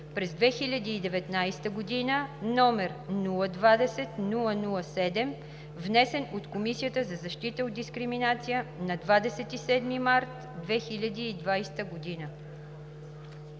през 2019 г., № 020-00-7, внесен от Комисията за защита от дискриминация на 27 март 2020 г.“